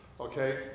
Okay